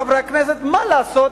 חברי הכנסת, מה לעשות,